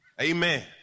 Amen